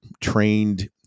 trained